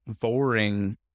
boring